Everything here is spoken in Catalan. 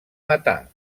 matar